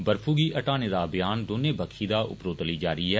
बर्फू गी हटाने दा अभियान दौने बक्खी दा उप्परोतली जारी ऐ